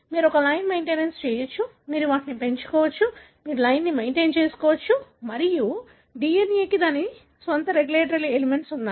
మీరు ఒక లైన్ని మెయింటైన్ చేయవచ్చు మీరు వాటిని పెంచుకోవచ్చు మీరు లైన్ని మెయింటైన్ చేయవచ్చు మరియు DNA కి దాని స్వంత రెగ్యులేటరీ ఎలిమెంట్లు ఉన్నాయి